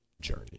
journey